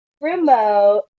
remote